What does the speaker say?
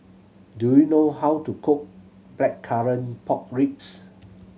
do you know how to cook Blackcurrant Pork Ribs